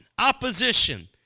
opposition